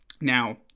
now